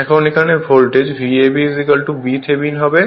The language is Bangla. এখন এখানে ভোল্টেজ Vab b থেভিনিন হবে